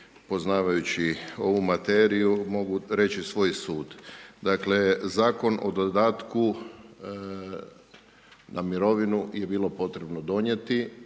poznavajući ovu materiju, mogu reći svoj sud, dakle, zakon o dodatku na mirovinu je bilo potrebno donijeti,